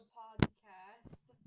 podcast